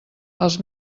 els